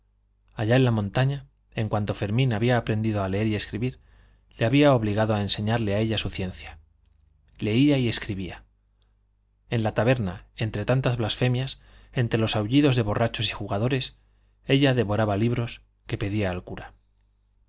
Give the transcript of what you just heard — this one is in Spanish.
allá en la montaña en cuanto fermín había aprendido a leer y escribir le había obligado a enseñarle a ella su ciencia leía y escribía en la taberna entre tantas blasfemias entre los aullidos de borrachos y jugadores ella devoraba libros que pedía al cura